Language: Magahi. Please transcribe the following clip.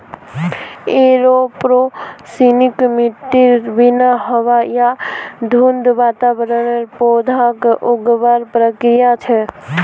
एरोपोनिक्स मिट्टीर बिना हवा या धुंध वातावरणत पौधाक उगावार प्रक्रिया छे